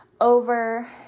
over